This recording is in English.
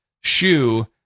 shoe